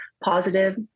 positive